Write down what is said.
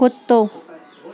कुतो